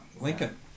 Lincoln